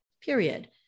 period